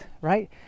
right